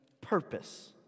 purpose